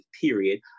period